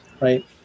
right